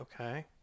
okay